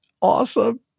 Awesome